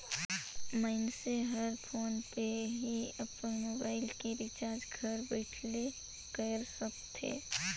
मइनसे हर PhonePe ले ही अपन मुबाइल के रिचार्ज घर बइठे कएर सकथे